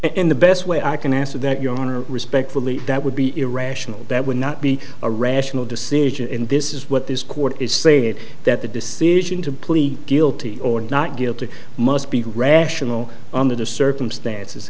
in the best way i can answer that your honor respectfully that would be irrational that would not be a rational decision in this is what this court is saying is that the decision to plead guilty or not guilty must be rational on the the circumstances